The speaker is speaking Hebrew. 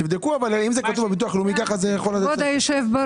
תבדקו אבל האם זה כתוב בביטוח הלאומי; כך זה יכול --- כבוד היושב-ראש,